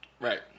Right